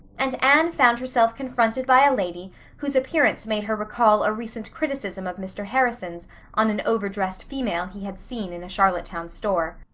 and anne found herself confronted by a lady whose appearance made her recall a recent criticism of mr. harrison's on an overdressed female he had seen in a charlottetown store.